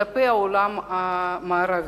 כלפי העולם המערבי?